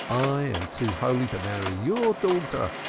i am too holy to marry your daughter.